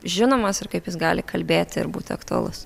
žinomas ir kaip jis gali kalbėti ir būti aktualus